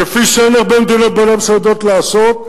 כפי שאין הרבה מדינות בעולם שיודעות לעשות,